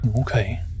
Okay